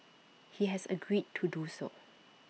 he has agreed to do so